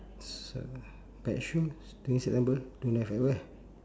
pet show during september don't have at where